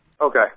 Okay